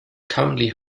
currently